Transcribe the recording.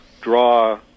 draw